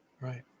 right